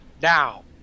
now